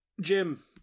Jim